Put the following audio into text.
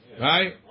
Right